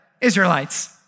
Israelites